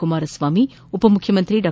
ಕುಮಾರ ಸ್ವಾಮಿ ಉಪಮುಖ್ಯಮಂತ್ರಿ ಡಾ